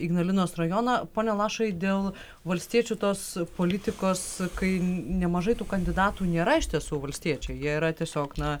ignalinos rajoną pone lašai dėl valstiečių tos politikos kai nemažai tų kandidatų nėra iš tiesų valstiečiai jie yra tiesiog na